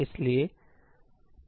इसलिए1